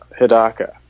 Hidaka